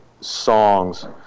songs